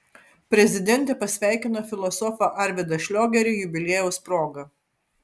prezidentė pasveikino filosofą arvydą šliogerį jubiliejaus proga